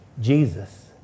Jesus